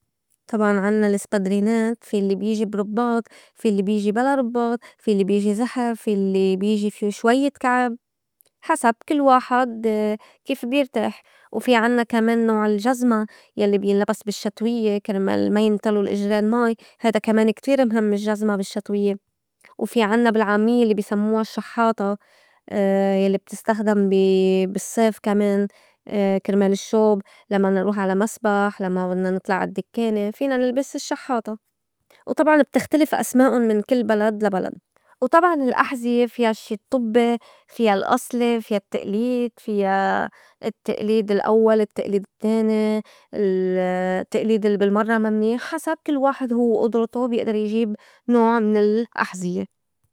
طبعاً عنّا السبدرينات في الّي بيجي برُبّاط، في الّي بيجي بلا ربّاط، في الّي بيجي زحف، في الّي بيجي في شويّة كعب حسب كل واحد كيف بيرتاح، وفي عنّا كمان نوع الجزمة يلّي بينلبس بالشتويّة كرمال ما ينتلو الأجرين مي هيدا كمان كتير مْهم الجزمة بالشتويّة، وفي عنّا بالعاميّة الّي بي سموا الشحّاطة يلّي بتستخدم بي بالصّيف كمان كرمال الشّوب لّما نروح على مسبح، لمّا بدنا نطلع عالدكّانة فينا نلبس الشحّاطة وطبعاً بتختلف أسمائُن من كل بلد لا بلد. وطبعاً الأحزية فيا الشّي الطبّي، فيا الأصلي، فيا التئليد، فيا التئليد الأوّل، التئليد التّاني، التئليد الّي بالمرّة ما منيح حسب كل واحد هوّ وئدرتو بيئدر يجيب نوع من الأحزية.